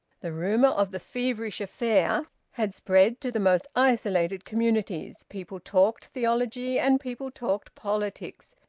the rumour of the feverish affair had spread to the most isolated communities. people talked theology, and people talked politics,